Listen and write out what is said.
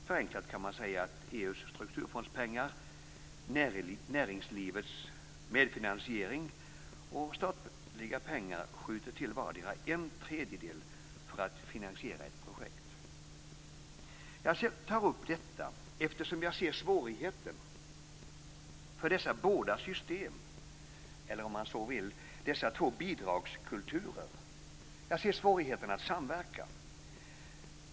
Förenklat kan man säga att EU:s strukturfondspengar, näringslivets medfinansiering och statliga pengar skjuter till en tredjedel vardera för att finansiera ett projekt. Jag tar upp detta eftersom jag ser svårigheten för dessa båda system eller, om man så vill, dessa två bidragskulturer att samverka.